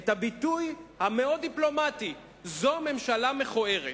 את הביטוי המאוד-דיפלומטי: "זו ממשלה מכוערת".